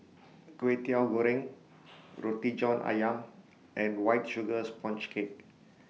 Kwetiau Goreng Roti John Ayam and White Sugar Sponge Cake